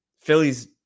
Philly's